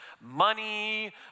money